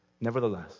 nevertheless